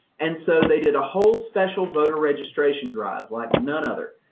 and so they did a whole special voter registration drive, like none other,